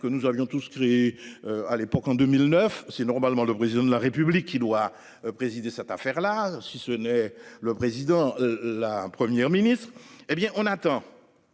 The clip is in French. que nous avions tout se crée. À l'époque, en 2009 c'est normalement le président de la République, il doit présider cette affaire là. Si ce n'est le président. La première ministre, hé bien on attend.